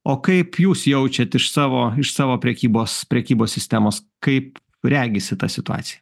o kaip jūs jaučiat iš savo iš savo prekybos prekybos sistemos kaip regisi ta situacija